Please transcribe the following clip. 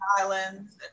Islands